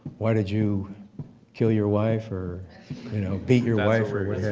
why did you kill your wife or you know beat your wife or what have